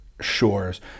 Shores